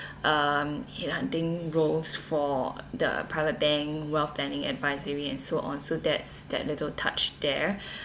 um headhunting roles for the private bank wealth planning advisory and so on so that's that little touch there